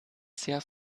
sehr